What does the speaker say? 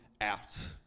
out